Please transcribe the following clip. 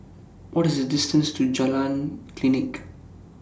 What IS The distance to Jalan Klinik